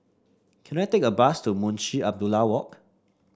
can I take a bus to Munshi Abdullah Walk